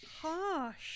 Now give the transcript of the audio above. harsh